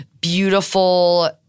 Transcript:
beautiful